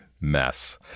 mess